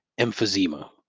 emphysema